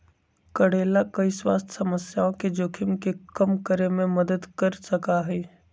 करेला कई स्वास्थ्य समस्याओं के जोखिम के कम करे में मदद कर सका हई